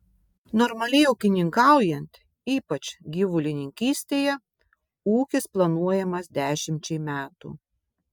normaliai ūkininkaujant ypač gyvulininkystėje ūkis planuojamas dešimčiai metų